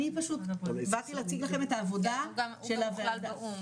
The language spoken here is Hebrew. אני פשוט באתי להציג לכם את העבודה של הוועדה,